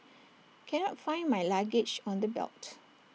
cannot find my luggage on the belt